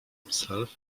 himself